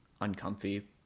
uncomfy